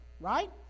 right